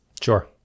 Sure